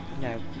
No